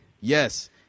Yes